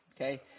Okay